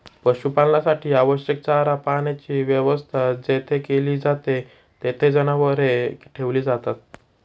पशुपालनासाठी आवश्यक चारा पाण्याची व्यवस्था जेथे केली जाते, तेथे जनावरे ठेवली जातात